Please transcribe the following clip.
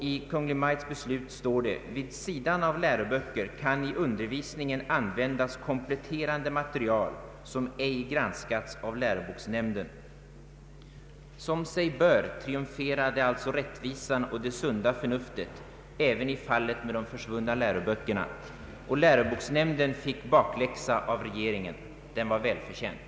I Kungl. Maj:ts beslut står följande: ”Vid sidan av läroböcker kan i undervisningen användas kompletterande material som ej granskats av läroboksnämnden.” Som sig bör triumferade alltså rättvisan och det sunda förnuftet även i fallet med de försvunna läroböckerna, och läroboksnämnden fick bakläxa av regeringen. Den var välförtjänt.